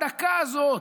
בדקה הזאת,